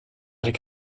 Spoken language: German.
rick